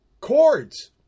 chords